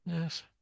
Yes